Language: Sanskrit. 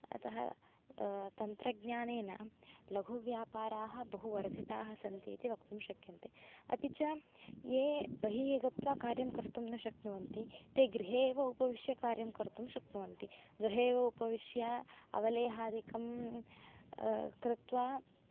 अतः तन्त्रज्ञानेन लघुव्यापाराः बहु वर्धिताः सन्ति इति वक्तुं शक्यन्ते अपि च ये बहिः गत्वा कार्यं कर्तुं न शक्नुवन्ति ते गृहे एव उपविश्य कार्यं कर्तुं शक्नुवन्ति गृहे एव उपविश्य अवलेहादिकं कृत्वा